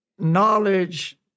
Knowledge